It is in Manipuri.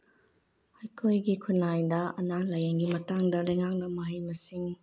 ꯑꯩꯈꯣꯏꯒꯤ ꯈꯨꯟꯅꯥꯏꯗ ꯑꯅꯥ ꯂꯥꯏꯌꯦꯡꯒꯤ ꯃꯇꯥꯡꯗ ꯂꯩꯉꯥꯛꯅ ꯃꯍꯩ ꯃꯁꯤꯡ